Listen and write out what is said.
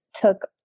took